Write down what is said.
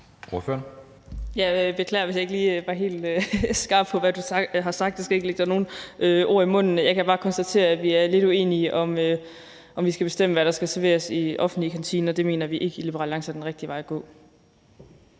Jeg beklager, hvis jeg ikke lige var helt skarp på, hvad du har sagt. Jeg skal ikke lægge dig nogen ord i munden. Jeg kan bare konstatere, at vi er lidt uenige, om vi skal bestemme, hvad der skal serveres i offentlige kantiner. Det mener vi ikke i Liberal Alliance er den rigtige vej at gå.